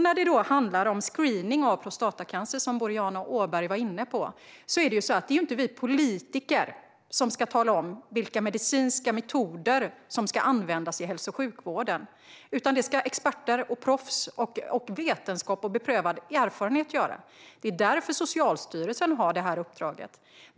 När det handlar om screening av prostatacancer, som Boriana Åberg var inne på, är det inte vi politiker som ska tala om vilka medicinska metoder som ska användas i hälso och sjukvården. Det ska experter, proffs, vetenskap och beprövad erfarenhet avgöra. Det är därför Socialstyrelsen har det uppdraget.